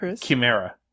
Chimera